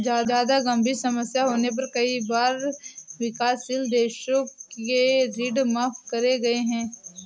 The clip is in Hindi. जादा गंभीर समस्या होने पर कई बार विकासशील देशों के ऋण माफ करे गए हैं